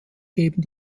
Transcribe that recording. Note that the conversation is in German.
geben